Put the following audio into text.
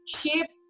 shape